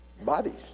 bodies